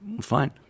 fine